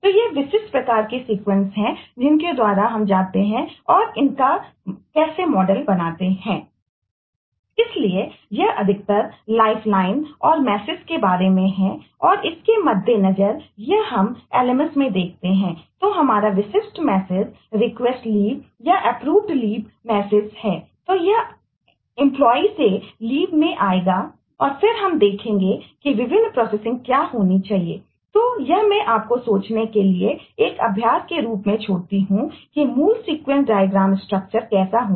तो यह निश्चित रूप से अंतिम हिस्सा है जहां अनुमति नहीं है तो आप इस डॉटेड लाइन का उपयोग नहीं कर सकते हैं और क्योंकि आपकी अनुमति को इंकार कर दिया गया है